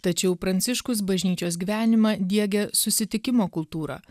tačiau pranciškus bažnyčios gyvenimą diegia susitikimo kultūrą